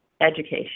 education